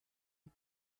est